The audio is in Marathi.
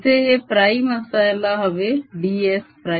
इथे हे prime असायला हवे ds'